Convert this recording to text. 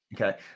Okay